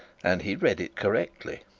and he read it correctly.